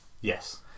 Yes